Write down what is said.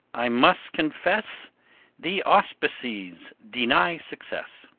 i must confess the auspices deny success.